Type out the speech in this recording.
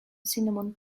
cinnamon